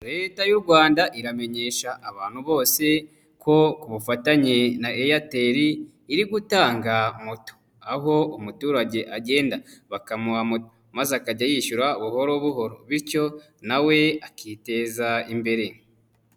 Leta y'u Rwanda iramenyesha abantu bose ko ku bufatanye na Airtel, iri gutanga moto, aho umuturage agenda bakamuha moto maze akajya yishyura buhoro buhoro bityo nawe akiteza imbere.